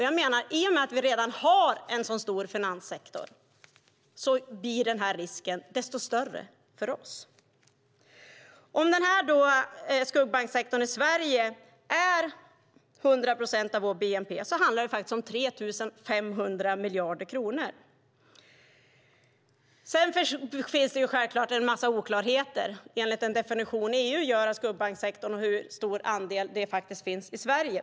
Jag menar att i och med att vi redan har en så stor finanssektor blir den här risken desto större för oss. Om skuggbanksektorn i Sverige är 100 procent av vår bnp handlar det om 3 500 miljarder kronor. Sedan finns det självklart en massa oklarheter, enligt den definition som EU gör av skuggbanksektorn, om hur stor andelen är i Sverige.